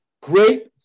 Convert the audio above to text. Great